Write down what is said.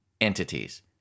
entities